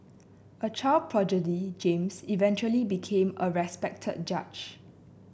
a child prodigy James eventually became a respected judge